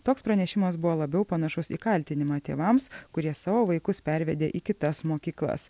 toks pranešimas buvo labiau panašus į kaltinimą tėvams kurie savo vaikus pervedė į kitas mokyklas